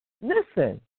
listen